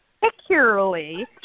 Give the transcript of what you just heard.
particularly